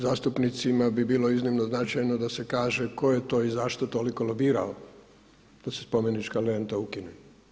Zastupnicima bi bilo iznimno značajno da se kaže tko je to i zašto toliko lobirao da se spomenička renta ukine.